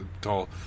tall